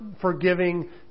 forgiving